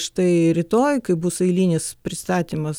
štai rytoj kai bus eilinis pristatymas